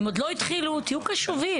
אם עוד לא התחילו תהיה קשובים.